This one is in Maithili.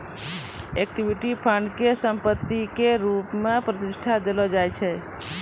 इक्विटी फंड के संपत्ति के रुप मे प्रतिष्ठा देलो जाय छै